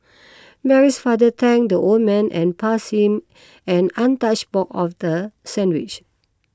Mary's father thanked the old man and passed him an untouched box of the sandwiches